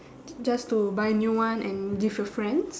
j~ just to buy new one and give your friends